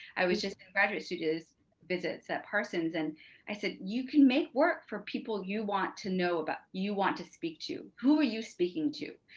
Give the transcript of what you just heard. i was just in graduate students visits at parsons and i said, you can make work for people you want to know about you want to speak to, who are you speaking to?